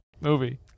Movie